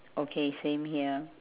okay same here